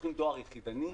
ששולחים דואר יחידני,